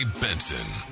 Benson